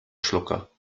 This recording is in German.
schlucker